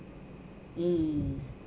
mm